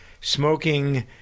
smoking